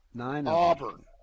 Auburn